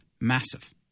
massive